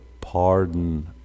pardon